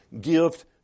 gift